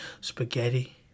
Spaghetti